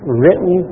written